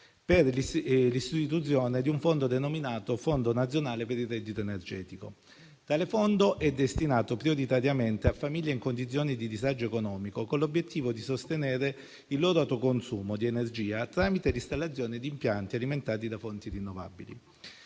per l'istituzione di un fondo denominato Fondo nazionale per il reddito energetico, destinato prioritariamente a famiglie in condizioni di disagio economico, con l'obiettivo di sostenere il loro autoconsumo di energia mediante l'installazione di impianti alimentati da fonti rinnovabili.